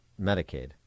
Medicaid